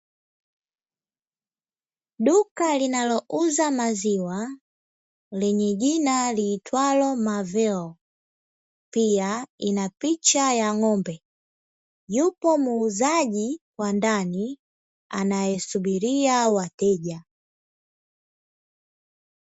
Duka linalouza maziwa lenye jina liitwalo "marvel", pia ina picha ya ng'ombe, yupo muuzaji wa ndani anayesubiria wateja.